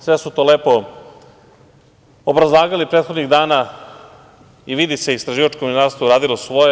Sve su to lepo obrazlagali prethodnih dana i vidi se da je istraživačko novinarstvo radilo svoje.